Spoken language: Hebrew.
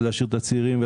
להשאיר את הצעירים,